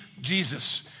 Jesus